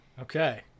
Okay